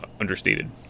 understated